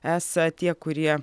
esą tie kurie